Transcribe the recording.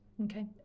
Okay